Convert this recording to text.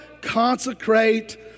Consecrate